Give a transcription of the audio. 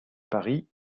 paris